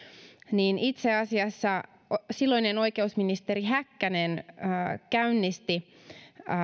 niin itse asiassa silloinen oikeusministeri häkkänen käynnisti